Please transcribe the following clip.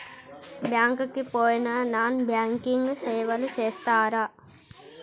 Bank కి పోయిన non banking సేవలు చేస్తరా?